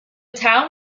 town